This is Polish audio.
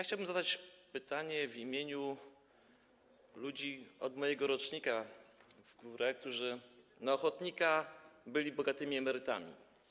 Chciałbym zadać pytanie w imieniu ludzi z mojego rocznika i kolejnych, w górę, którzy na ochotnika byli bogatymi emerytami.